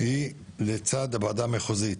היא לצד הוועדה המחוזית.